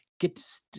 get